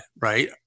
right